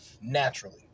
naturally